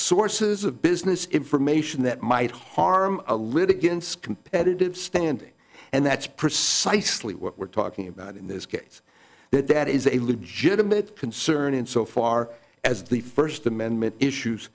sources of business information that might harm a litigant competitive standing and that's precisely what we're talking about in this case that that is a legitimate concern and so far as the first amendment issues